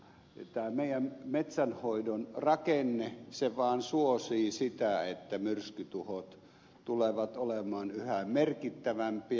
tämä meidän metsänhoidon rakenne vaan suosii sitä että myrskytuhot tulevat olemaan yhä merkittävämpiä